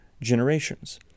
generations